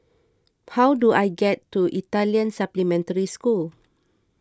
how do I get to Italian Supplementary School